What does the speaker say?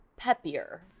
peppier